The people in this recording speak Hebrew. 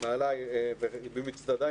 מעליי ומצדיי